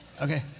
okay